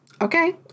okay